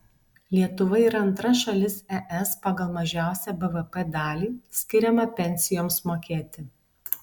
lietuva yra antra šalis es pagal mažiausią bvp dalį skiriamą pensijoms mokėti